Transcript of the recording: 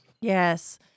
Yes